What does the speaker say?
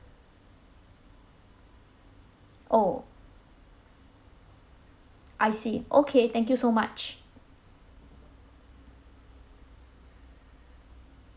oh I see okay thank you so much